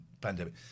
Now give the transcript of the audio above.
pandemic